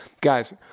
Guys